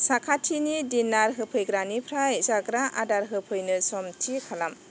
साखाथिनि दिन्नार होफैग्रानिफ्राय जाग्रा आदार होफैनो सम थि खालाम